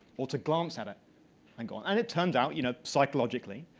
or to glance at it and go on. and it turns out, you know, psychologically,